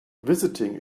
visiting